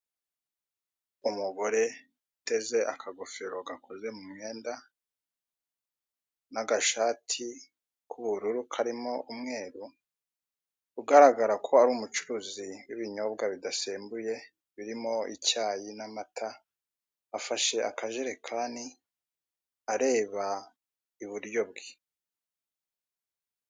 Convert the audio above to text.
Umugore, uteze akagofero gakoze mu myenda, n'agashati k'ubururu karimo umweru, ugaraga ko ari umucuruzi w'ibinyobwa bidasembuye, birimo icyayi n'amata, afashe akajerekani areba i buryo bwe.